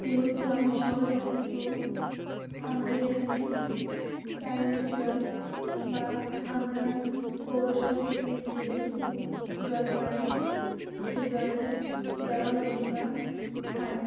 যেহেতু আমি শহরে থাকি তো আমাদের এখানে টাইমের জল বা আমরা পৌরসভা থেকে যে যেটুকু জল পাই সেই জলটাই ব্যবহার করি বা খাই